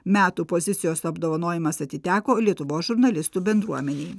metų pozicijos apdovanojimas atiteko lietuvos žurnalistų bendruomenei